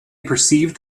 perceived